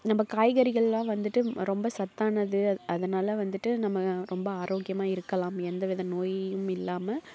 நம்ம காய்கறிகளெலாம் வந்துட்டு ரொம்ப சத்தானது அதனால் வந்துட்டு நம்ம ரொம்ப ஆரோக்கியமாக இருக்கலாம் எந்த வித நோயும் இல்லாமல்